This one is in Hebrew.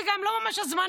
זו גם לא ממש הזמנה,